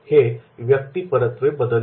हे व्यक्तीपरत्वे बदलते